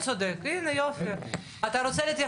המרשם הוא